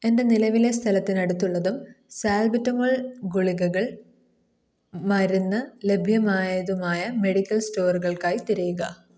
എൻ്റെ നിലവിലെ സ്ഥലത്തിനടുത്തുള്ളതും സാൽബട്ടമോൾ ഗുളികകൾ മരുന്ന് ലഭ്യമായതുമായ മെഡിക്കൽ സ്റ്റോറുകൾക്കായി തിരയുക